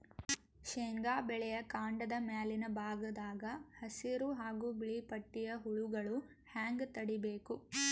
ಶೇಂಗಾ ಬೆಳೆಯ ಕಾಂಡದ ಮ್ಯಾಲಿನ ಭಾಗದಾಗ ಹಸಿರು ಹಾಗೂ ಬಿಳಿಪಟ್ಟಿಯ ಹುಳುಗಳು ಹ್ಯಾಂಗ್ ತಡೀಬೇಕು?